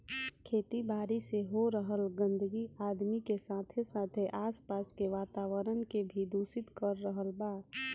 खेती बारी से हो रहल गंदगी आदमी के साथे साथे आस पास के वातावरण के भी दूषित कर रहल बा